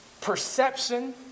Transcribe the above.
perception